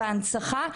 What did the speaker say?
בהנצחה,